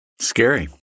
Scary